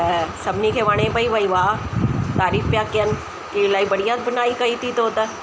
त सभिनी खे वणे पई भई वाह तारीफ़ पिया कनि की इलाहीं बढ़िया बुनाई कई थी तूं त